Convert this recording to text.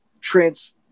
trans